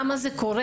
למה זה קורה?